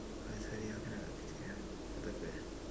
uh sorry ah penat ah aku sakit ah